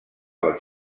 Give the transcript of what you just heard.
les